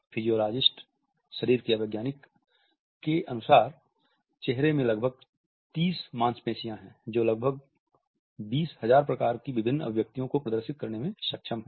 physiologist शरीर क्रिया वैज्ञानिक के अनुसार चेहरे में लगभग 30 मांसपेशियाँ हैं जो लगभग 20000 प्रकार की विभिन्न अभिव्यक्तियों को प्रदर्शित करने में सक्षम हैं